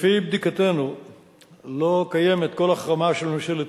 1 2. לפי בדיקתנו אין כל החרמה של ממשלת